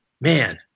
man